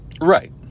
Right